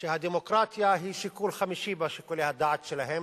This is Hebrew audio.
שהדמוקרטיה היא שיקול חמישי בשיקולי הדעת שלהם,